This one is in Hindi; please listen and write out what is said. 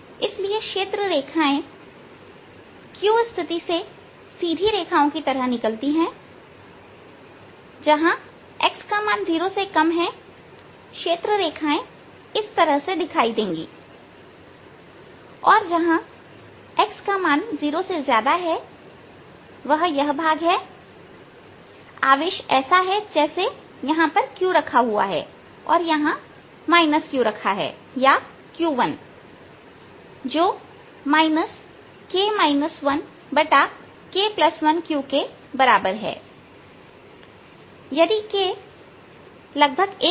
इसलिए क्षेत्र रेखाएं q स्थिति से सीधी रेखाओं की तरह निकलती हैजहां x0 है क्षेत्र रेखाएं इस तरह से दिखाई देंगी और जहां x0 है वह यह भाग है आवेश ऐसा है जैसे यहां पर q रखा हुआ है और यहां एक q रखा है या q1जो k 1k1qके बराबर है यदि k लगभग 1 है